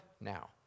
now